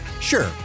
Sure